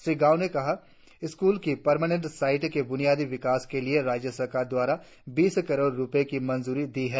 श्री गाव ने कहा स्कूल की परमानेंट साईट के बुनियादी विकास के लिए राज्य सरकार द्वारा बीस करोड़ रुपये की मंजूरी दी है